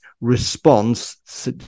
response